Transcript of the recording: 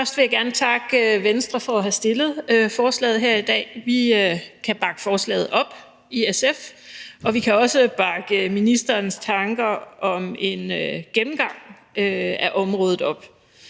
Først vil jeg gerne takke Venstre for at have fremsat forslaget her i dag. Vi kan bakke forslaget op i SF, og vi kan også bakke ministerens tanker om en gennemgang af området op,